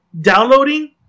downloading